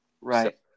Right